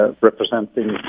representing